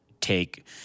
take